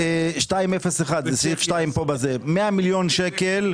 2, 301201, 100 מיליון שקל,